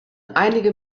einige